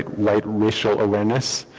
white racial awareness.